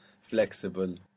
flexible